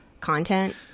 content